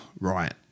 right